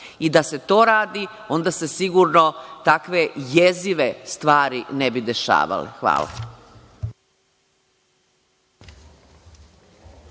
i da se to radi onda se sigurno takve jezive stvari ne bi dešavale. Hvala.